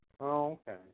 Okay